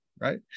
Right